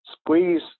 squeeze